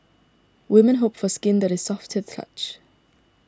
women hope for skin that is soft to the touch